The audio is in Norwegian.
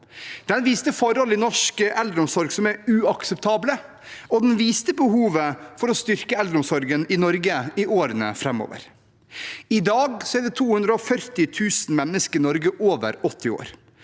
Den viste forhold i norsk eldreomsorg som er uakseptable, og den viste behovet for å styrke eldreomsorgen i Norge i årene framover. I dag er det 240 000 mennesker i Norge over 80 år.